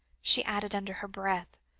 she added under her breath,